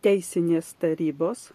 teisinės tarybos